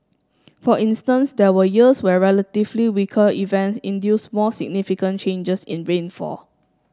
for instance there were years where relatively weaker events induced more significant changes in rainfall